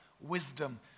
wisdom